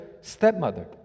stepmother